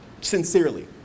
sincerely